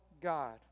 God